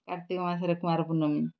କାର୍ତ୍ତିକ ମାସରେ କୁଆଁରପୁନେଇଁ